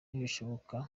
nibishoboka